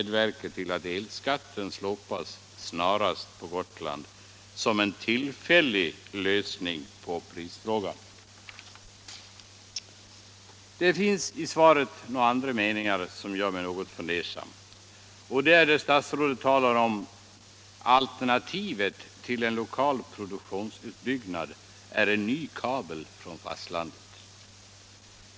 Det finns i svaret några andra meningar som gör mig något fundersam. Statsrådet talar om att alternativet till en lokal produktionsutbyggnad är en ny kabel från fastlandet.